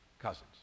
cousins